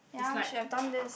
ya we should have done this